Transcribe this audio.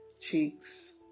cheeks